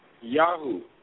Yahoo